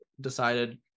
decided